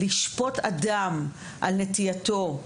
לשפוט אדם על נטייתו,